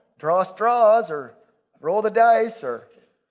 draw straws or roll the dice or